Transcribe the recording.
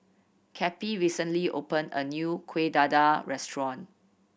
Cappie recently opened a new Kuih Dadar restaurant